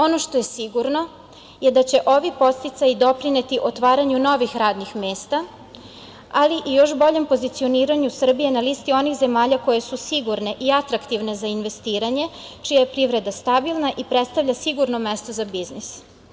Ono što je sigurno je da će ovi podsticaji doprineti otvaranju novih radnih mesta, ali i još boljem pozicioniranju Srbije na listi onih zemalja koje su sigurne i atraktivne za investiranje, čija je privreda stabilna i predstavlja sigurno mesto za biznis.